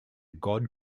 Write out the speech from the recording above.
god